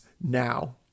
now